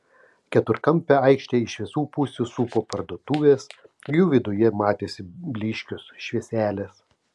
keturkampę aikštę iš visų pusių supo parduotuvės jų viduje matėsi blyškios švieselės